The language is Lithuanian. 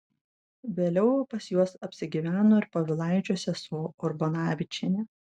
vėliau pas juos apsigyveno ir povilaičio sesuo urbonavičienė